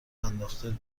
انداخته